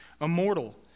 immortal